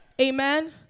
Amen